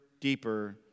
deeper